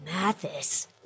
Mathis